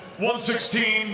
116